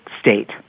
state